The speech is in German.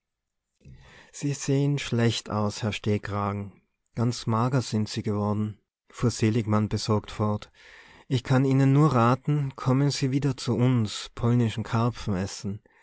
sie sehen schlecht aus herr stehkragen ganz mager sind se geworden fuhr seligmann besorgt fort ich kann ihnen nur raten kommen se wieder zu uns polnischen